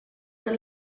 the